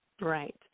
Right